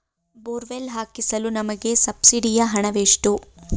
Borewell ಹಾಕಿಸಲು ನಮಗೆ ಸಬ್ಸಿಡಿಯ ಹಣವೆಷ್ಟು?